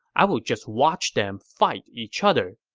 i will just watch them fight each other.